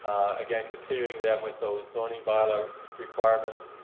again continuing then with those zoning bylaw requirements,